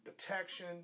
detection